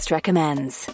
Recommends